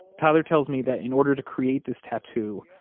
tyler tells me that in order to create this tattoo,